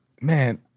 man